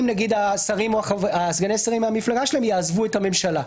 אם השרים או סגני השרים מהמפלגה שלהם יעזבו את הממשלה.